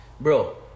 Bro